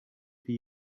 for